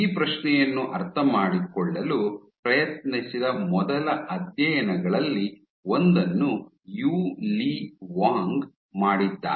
ಈ ಪ್ರಶ್ನೆಯನ್ನು ಅರ್ಥಮಾಡಿಕೊಳ್ಳಲು ಪ್ರಯತ್ನಿಸಿದ ಮೊದಲ ಅಧ್ಯಯನಗಳಲ್ಲಿ ಒಂದನ್ನು ಯು ಲಿ ವಾಂಗ್ ಮಾಡಿದ್ದಾರೆ